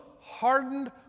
hardened